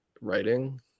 writing